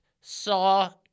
saw